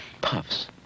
Puffs